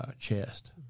chest